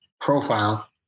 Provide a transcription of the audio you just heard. profile